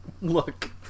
Look